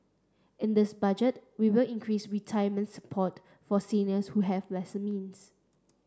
in this Budget we will increase retirement support for seniors who have lesser means